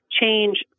change